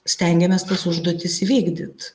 stengiamės tas užduotis įvykdyt